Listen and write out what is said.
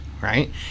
right